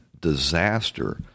disaster